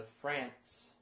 France